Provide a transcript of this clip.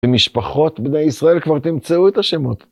במשפחות בני ישראל כבר תמצאו את השמות.